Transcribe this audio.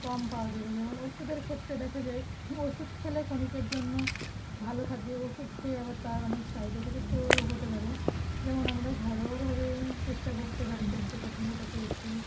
কম পাওয়া যাবে যেমন ওষুধের ক্ষেত্রে দেখা যায় ওষুধ খেলে খনিকের জন্য ভালো থাকবে ওষুধ খেয়ে আবার তার অনেক সাইড এফেক্ট একটু হহতে পারে যেমন আমরা ঘরোয়াভাবে চেষ্টা করতে পারি কোষ্ঠকাঠিন্যটাকে একটু